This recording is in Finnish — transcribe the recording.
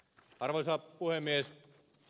arvoisa puhemies